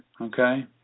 Okay